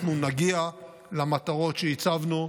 אנחנו נגיע למטרות שהצבנו.